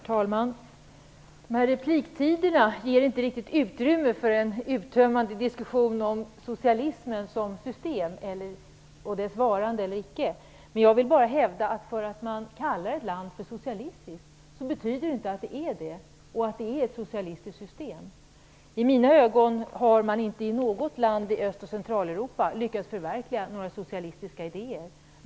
Herr talman! Repliktiderna här ger inte riktigt utrymme för en uttömmande diskussion om socialismen som system och om dess vara eller icke vara. Men det faktum att ett land kallas för socialistiskt betyder inte att det är det och att det är ett socialistiskt system. I mina ögon har man inte i något land i Östoch Centraleuropa lyckats förverkliga några socialistiska idéer.